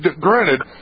granted